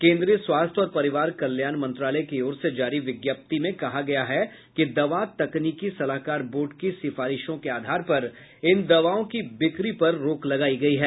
केन्द्रीय स्वास्थ्य और परिवार कल्याण मंत्रालय की ओर से जारी विज्ञप्ति में कहा गया है कि दवा तकनीकी सलाहकार बोर्ड की सिफारिशों के आधार पर इन दवाओं की बिक्री पर रोक लगायी गयी है